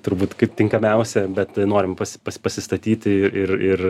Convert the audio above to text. turbūt kaip tinkamiausia bet norim pas pas pasistatyti ir ir